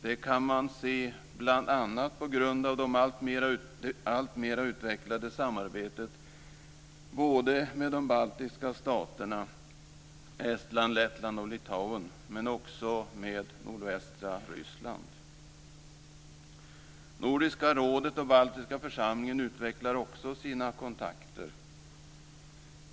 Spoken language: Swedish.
Det kan man se bl.a. i det alltmera utvecklade samarbetet både med de baltiska staterna Estland, Lettland och Litauen och med nordvästra Ryssland. Nordiska rådet och Baltiska församlingen utvecklar också sina kontakter.